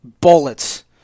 bullets